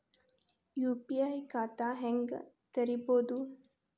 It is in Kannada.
ಯು.ಪಿ.ಐ ಖಾತಾ ಹೆಂಗ್ ತೆರೇಬೋದು?